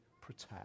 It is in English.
protect